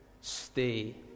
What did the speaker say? stay